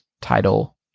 title